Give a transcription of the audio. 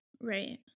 Right